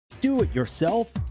Do-it-yourself